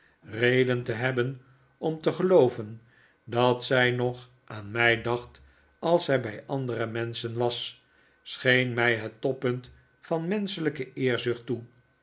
reden te hebben om te gelooven dat zij nog aan mij dacht als zij bij andere menschen was scheen mij het toppunt van menschelijke eerzucht toe